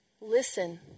listen